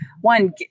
one